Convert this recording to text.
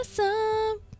awesome